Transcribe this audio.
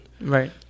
right